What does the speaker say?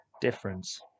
difference